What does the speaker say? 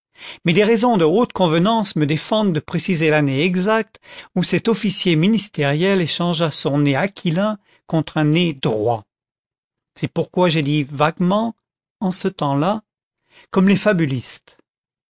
mais des raisons de haute convenance me défendent de préciser l'année exacte où cet officier ministériel échangea son nez aquilin contre un nez droit c'est pourquoi j'ai dit vaguement en ce temps-là comme les fabulistes